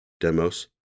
DEMOS